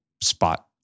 spot